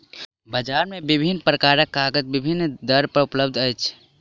बजार मे विभिन्न प्रकारक कागज विभिन्न दर पर उपलब्ध अछि